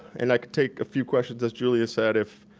and i can take a few questions as julia said if